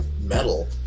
metal